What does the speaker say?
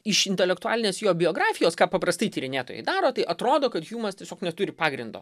iš intelektualinės jo biografijos ką paprastai tyrinėtojai daro tai atrodo kad hjumas tiesiog neturi pagrindo